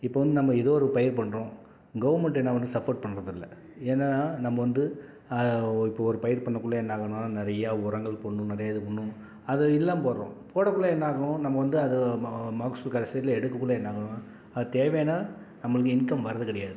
இப்போ வந்து நம்ம ஏதோ ஒரு பயிர் பண்ணுறோம் கவர்மெண்ட் என்ன பண்ணுது சப்போர்ட் பண்ணுறதில்ல ஏன்னா நம்ம வந்து இப்போ ஒரு பயிர் பண்ணக்குள்ளே என்னாகும்ன்னா நிறையா உரங்கள் போடணும் நிறையா இது பண்ணும் அது எல்லாம் போடுறோம் போடக்குள்ளே என்னாகும் நம்ம வந்து அது ம மகசூல் கடைசியில எடுக்கக்குள்ளே என்னாகும் அது தேவையான நம்மளுக்கு இன்கம் வர்றது கிடையாது